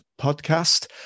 podcast